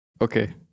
Okay